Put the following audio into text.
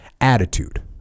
attitude